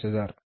322000